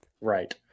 Right